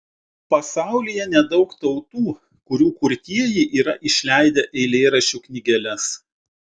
pasaulyje nedaug tautų kurių kurtieji yra išleidę eilėraščių knygeles